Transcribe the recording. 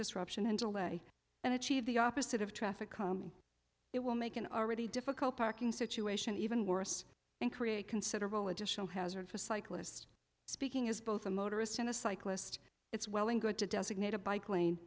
disruption and delay and achieve the opposite of traffic calming it will make an already difficult parking situation even worse and create considerable additional hazard for cyclists speaking as both a motorist and a cyclist it's well and good to designate a bike lane